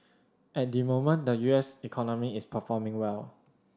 at the moment the U S economy is performing well